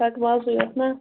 کٹ مازٕے یوت نا